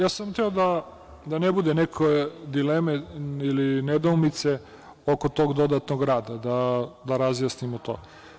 Ja sam hteo, da ne bude neke dileme ili nedoumice oko tog dodatnog rada, da razjasnimo to.